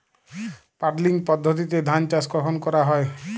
Puddling পদ্ধতিতে ধান চাষ কখন করা হয়?